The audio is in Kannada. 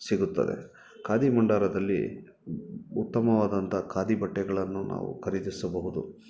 ಸಿಗುತ್ತದೆ ಖಾದಿ ಭಂಡಾರದಲ್ಲಿ ಉತ್ತಮವಾದಂಥ ಖಾದಿ ಬಟ್ಟೆಗಳನ್ನು ನಾವು ಖರೀದಿಸಬಹುದು